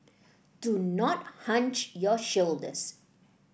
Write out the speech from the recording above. do not hunch your shoulders